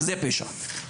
זה פשע.